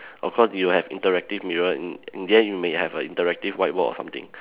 of course you will have interactive mirror and in the end you may have a interactive whiteboard or something